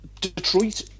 Detroit